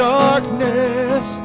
darkness